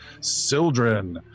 Sildren